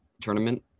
tournament